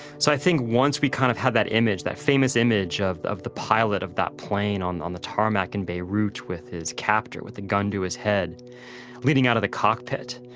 so i think once we kinda kind of had that image, that famous image of of the pilot of that plane on on the tarmac in beirut with his captor, with a gun to his head leaning out of the cockpit.